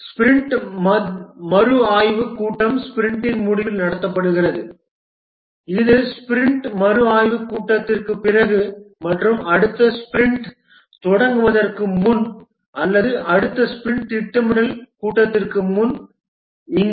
sprint மறுஆய்வுக் கூட்டம் ஸ்பிரிண்டின் முடிவில் நடத்தப்படுகிறது இது ஸ்பிரிண்ட் மறுஆய்வுக் கூட்டத்திற்குப் பிறகு மற்றும் அடுத்த ஸ்பிரிண்ட் தொடங்குவதற்கு முன் அல்லது அடுத்த ஸ்பிரிண்ட் திட்டமிடல் கூட்டத்திற்கு முன்பு